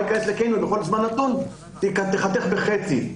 להיכנס לקניון בכל זמן נתון ייחתך בחצי.